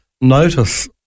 notice